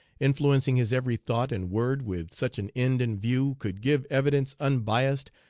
influencing his every thought and word, with such an end in view, could give evidence unbiassed,